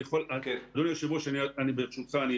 ברשותך,